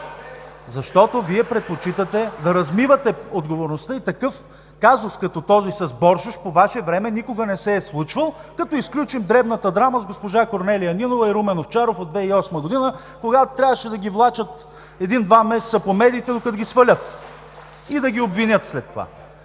Защото Вие предпочитате да размивате отговорността и такъв казус, като този с Боршош, по Ваше време никога не се е случвал, като изключим дребната драма с госпожа Корнелия Нинова и Румен Овчаров от 2008 г., когато трябваше да ги влачат един-два месеца по медиите, докато ги свалят. И да ги обвинят след това.